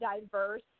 diverse